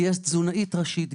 גייס תזונאית ראשית,